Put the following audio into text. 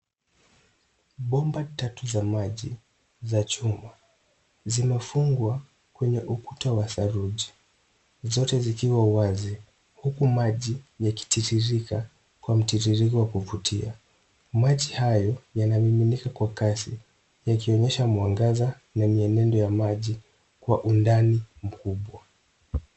Bomba tatu za maji za chuma zimefungwa kwenye ukuta wa saruji zote zikiwa wazi huku maji yakitiririka kwa mitiriko wa kuvutia. Maji hayo yanamiminika kwa kasi yakionyesha mwangaza na mienendo ya maji kwa undani mkubwa.